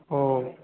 ও